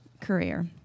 career